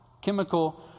chemical